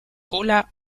cola